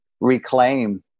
reclaim